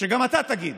שגם אתה תגיד,